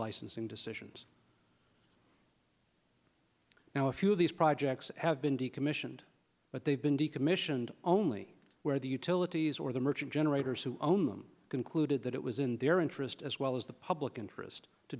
licensing decisions now a few of these projects have been decommissioned but they've been decommissioned only where the utilities or the merchant generators who own them concluded that it was in their interest as well as the public interest to